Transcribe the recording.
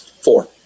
four